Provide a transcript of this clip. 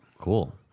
Cool